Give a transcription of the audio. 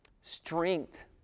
Strength